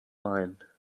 mind